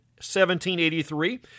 1783